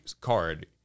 card